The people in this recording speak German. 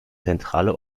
zentrale